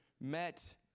met